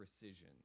precision